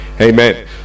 Amen